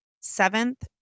seventh